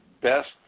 best